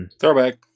Throwback